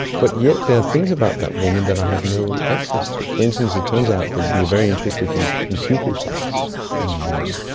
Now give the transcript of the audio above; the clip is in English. but yet there are things about that woman that i have no access to. for instance, it turns out that we are very interested in in pupil size in women,